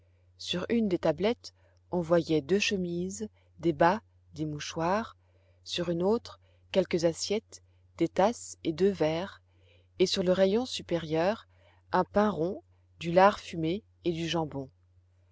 sur une des tablettes on voyait deux chemises des bas des mouchoirs sur une autre quelques assiettes des tasses et deux verres et sur le rayon supérieur un pain rond du lard fumé et du jambon